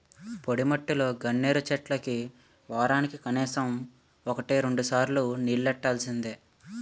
పొడిమట్టిలో గన్నేరు చెట్లకి వోరానికి కనీసం వోటి రెండుసార్లు నీల్లెట్టాల్సిందే